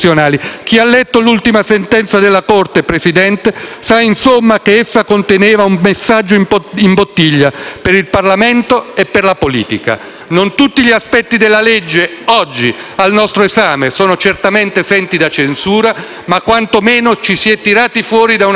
sa, insomma, che essa conteneva un messaggio in bottiglia per il Parlamento e per la politica. Non tutti gli aspetti del provvedimento oggi al nostro esame sono certamente esenti da censura, ma quantomeno ci si è tirati fuori da una situazione di illegittimità acclarata.